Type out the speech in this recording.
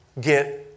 get